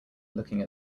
looking